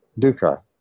dukkha